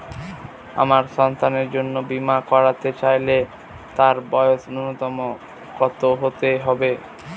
আমার সন্তানের জন্য বীমা করাতে চাইলে তার বয়স ন্যুনতম কত হতেই হবে?